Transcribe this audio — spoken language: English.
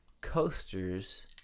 coasters